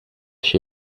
she